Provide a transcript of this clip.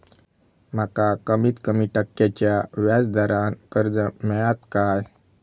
माका कमीत कमी टक्क्याच्या व्याज दरान कर्ज मेलात काय?